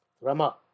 rama